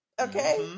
okay